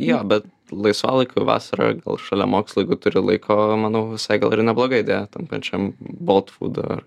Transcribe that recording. jo bet laisvalaikiu vasarą gal šalia mokslų jeigu turi laiko manau visai gal ir nebloga įdėja tam pačiam bolt food ar